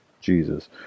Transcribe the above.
Jesus